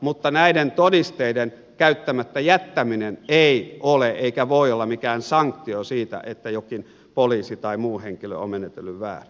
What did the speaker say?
mutta näiden todisteiden käyttämättä jättäminen ei ole eikä voi olla mikään sanktio siitä että jokin poliisi tai muu henkilö on menetellyt väärin